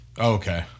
Okay